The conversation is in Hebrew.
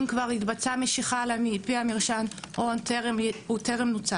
אם כבר התבצעה משיכה על-פי המרשם, או טרם נוצל.